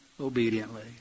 obediently